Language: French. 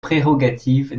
prérogatives